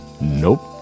Nope